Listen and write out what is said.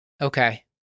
okay